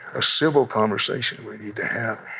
a civil conversation we need to have,